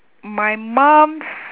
my mum's